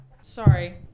Sorry